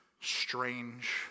strange